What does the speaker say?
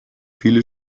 viele